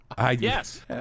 Yes